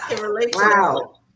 Wow